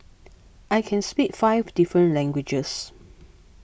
I can speak five different languages